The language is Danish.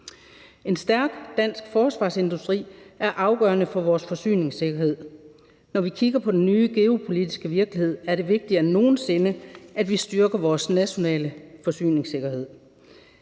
En stærk dansk forsvarsindustri er afgørende for vores forsyningssikkerhed. Når vi kigger på den nye geopolitiske virkelighed, er det vigtigere end nogen sinde, at vi styrker vores nationale forsyningssikkerhed.